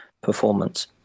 performance